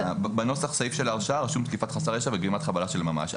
בנוסח הסעיף של ההרשעה רשום תקיפת חסר ישע וגרימת חבלה של ממש.